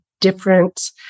different